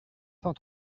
cent